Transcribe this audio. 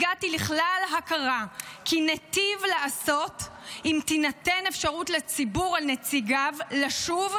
הגעתי לכלל הכרה כי ניטיב לעשות אם תינתן אפשרות לציבור על נציגיו לשוב,